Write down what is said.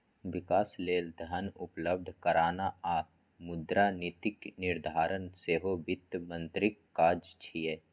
विकास लेल धन उपलब्ध कराना आ मुद्रा नीतिक निर्धारण सेहो वित्त मंत्रीक काज छियै